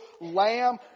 lamb